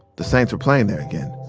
the saints were playing there again,